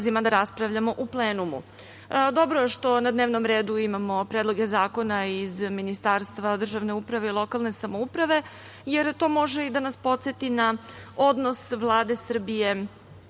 da raspravljamo u plenumu. Dobro je što na dnevnom redu imamo predloge zakona iz Ministarstva državne uprave i lokalne samouprave, jer to može i da nas podseti na odnos Vlade Srbije